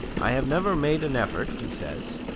i have never made an effort, he says,